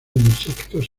insectos